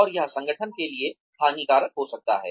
और यह संगठन के लिए हानिकारक हो सकता है